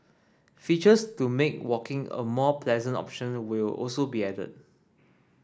features to make walking a more pleasant option will also be added